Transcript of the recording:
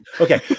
Okay